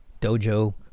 dojo